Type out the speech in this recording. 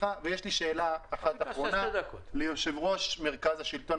יש לי שאלה אחת אחרונה ליושב-ראש מרכז השלטון